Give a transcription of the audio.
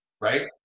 right